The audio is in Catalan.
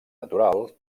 natural